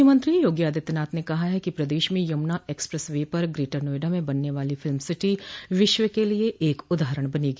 मुख्यमंत्री योगी आदित्यनाथ ने कहा है कि प्रदेश में यमुना एक्सप्रेस वे पर ग्रेटर नोएडा में बनने वाली फिल्म सिटी विश्व के लिये एक उदाहरण बनेगी